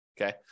okay